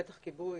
בטח כיבוי,